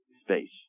space